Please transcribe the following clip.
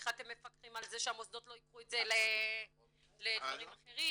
איך אתם מפקחים על זה שהמוסדות לא ייקחו את זה לדברים אחרים.